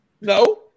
No